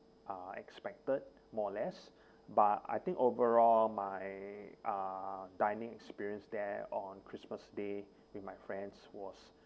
uh expected more or less but I think overall my uh dining experience there on christmas day with my friends was